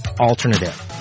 Alternative